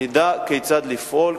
נדע כיצד לפעול,